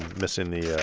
missing the